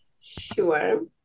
sure